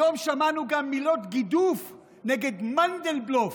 היום שמענו גם מילות גידוף נגד "מנדלבלוף"